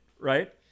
right